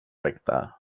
recte